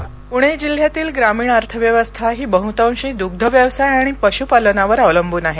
प्णे जिल्ह्यातील ग्रामीण अर्थव्यवस्था ही बहतांशी दुग्धव्यवसाय आणि पश्पालनावर अवलंबून आहे